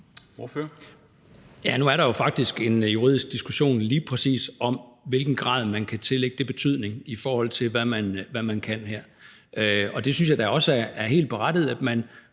nu er der jo faktisk en juridisk diskussion lige præcis om, i hvilken grad man kan tillægge det betydning, i forhold til hvad man kan her, og det synes jeg da også er helt berettiget. Det er